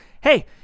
Hey